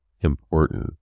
important